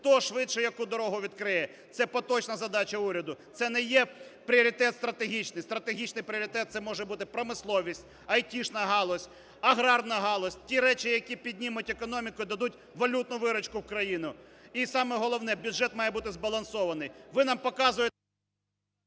хто швидше яку дорогу відкриє, це поточна задача уряду, це не є пріоритет стратегічний. Стратегічний пріоритет – це може бути промисловість, айтішна галузь, аграрна галузь, ті речі, які піднімуть економіку і дадуть валютну виручку в країну. І саме головне – бюджет має бути збалансований. Ви нам показуєте…